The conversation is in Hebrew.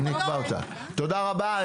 תודה רבה.